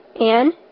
Anne